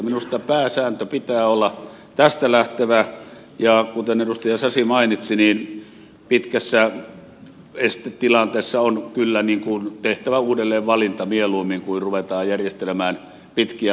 minusta pääsääntö pitää olla tästä lähtevä ja kuten edustaja sasi mainitsi pitkässä estetilanteessa on kyllä mieluummin tehtävä uudelleenvalinta kuin ruvettava järjestelemään pitkiä katkoksia